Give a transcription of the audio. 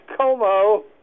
Como